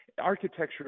architecture